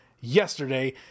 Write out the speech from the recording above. yesterday